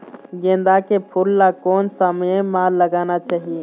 गेंदा के फूल ला कोन समय मा लगाना चाही?